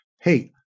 Hey